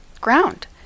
ground